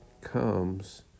comes